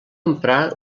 emprar